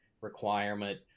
requirement